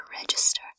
register